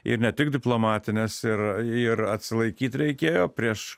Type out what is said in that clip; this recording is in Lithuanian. ir ne tik diplomatinės ir ir atsilaikyt reikėjo prieš